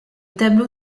tableau